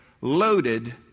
loaded